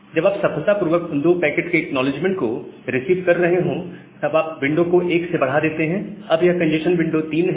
जब आप सफलतापूर्वक उन 2 पैकेट के एक्नॉलेजमेंट को रिसीव कर रहे हो तब आप विंडो को 1 से बढ़ा देते हैं अब यह कंजेस्शन विंडो 3 है